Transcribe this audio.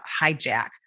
hijack